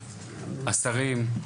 השרים,